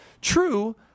True